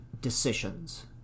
decisions